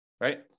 Right